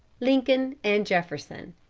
lincoln, and jefferson.